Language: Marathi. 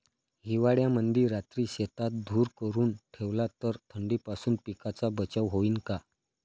हिवाळ्यामंदी रात्री शेतात धुर करून ठेवला तर थंडीपासून पिकाचा बचाव होईन का?